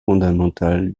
fondamental